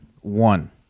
One